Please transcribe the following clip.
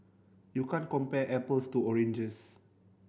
you can't compare apples to oranges